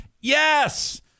Yes